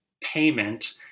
payment